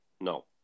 no